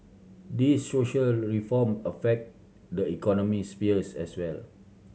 these social reform affect the economy spheres as well